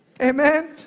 Amen